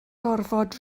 gorfod